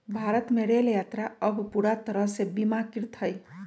भारत में रेल यात्रा अब पूरा तरह से बीमाकृत हई